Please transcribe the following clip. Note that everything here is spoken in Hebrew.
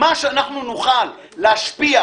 מה שנוכל להשפיע